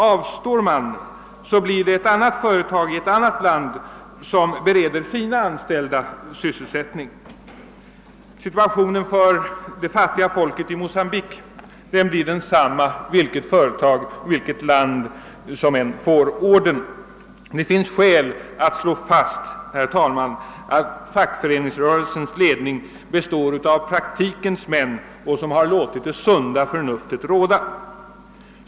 Avstår ASEA blir det ett annat företag i ett annat land som bereder sina anställda sysselsättning. Situationen för det fattiga folket i Mocambique är densamma vilket företag, ja, vilket land som än får ordern. Det finns skäl att slå fast, herr talman, att fackföreningsrörelsens ledning består av praktikens män, som låtit det sunda förnuftet råda.